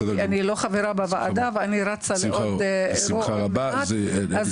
כי אני לא חברה בוועדה ואני רצה לעוד ישיבות ואני